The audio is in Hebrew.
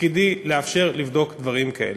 תפקידי לאפשר לבדוק דברים כאלה.